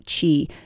Chi